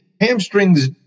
hamstrings